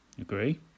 Agree